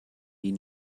die